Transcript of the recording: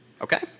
Okay